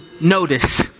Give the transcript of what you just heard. notice